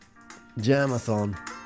jamathon